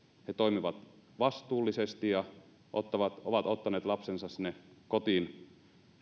he toimivat vastuullisesti ja ovat ottaneet lapsensa sinne kotiin